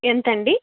ఎంతండి